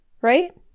right